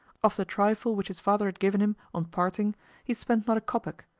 of the trifle which his father had given him on parting he spent not a kopeck,